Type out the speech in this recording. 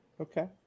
Okay